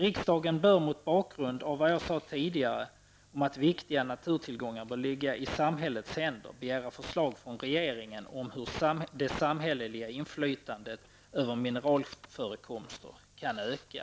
Riksdagen bör mot bakgrund av vad jag tidigare sade om att viktiga naturtillgångar bör ligga i samhällets händer begära förslag från regeringen om hur det samhälleliga inflytandet över mineralförekomster kan öka.